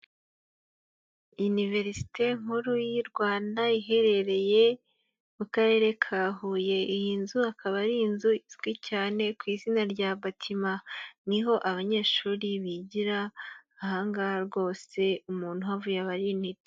Iniverisite nkuru y'u Rwanda iherereye mu Karere ka Huye. Iyi nzu ikaba ari inzu izwi cyane ku izina rya Batima. Ni ho abanyeshuri bigira. Aha ngaha rwose, umuntu uhavuye aba ari intiti.